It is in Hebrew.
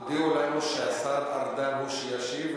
הודיעו לנו שהשר ארדן הוא שישיב,